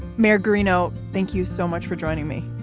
mayor guarino, thank you so much for joining me.